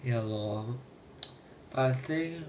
ya lor I think